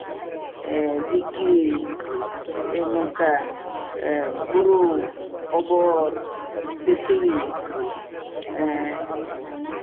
ᱡᱤᱠᱤ ᱮ ᱱᱚᱝᱠᱟ ᱵᱩᱨᱩᱢ ᱚᱵᱚᱨ ᱯᱤᱴᱤ